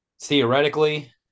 theoretically